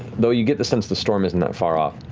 though you get the sense the storm isn't that far off.